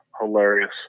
hilarious